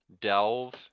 Delve